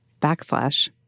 backslash